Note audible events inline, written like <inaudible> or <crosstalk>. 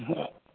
<unintelligible>